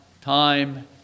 time